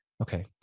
okay